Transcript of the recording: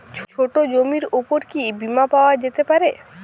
ছোট জমির উপর কি বীমা পাওয়া যেতে পারে?